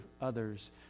others